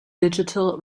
digital